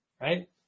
right